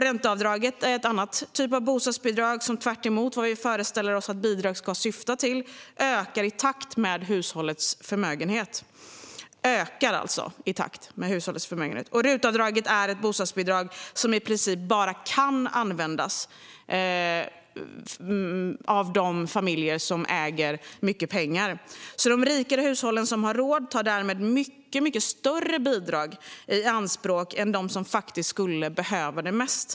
Ränteavdraget är en annan typ av bostadsbidrag som tvärtemot vad vi föreställer oss att bidrag ska syfta till ökar i takt med hushållets förmögenhet. Vidare är RUT-avdraget ett bostadsbidrag som i princip bara kan användas av de familjer som äger mycket pengar. De rikare hushållen som har råd tar därmed mycket större bidrag i anspråk än de som faktiskt skulle behöva det mest.